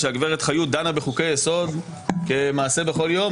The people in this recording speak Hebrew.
שהגברת חיות דנה בחוקי היסוד כמעשה בכל יום,